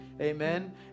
Amen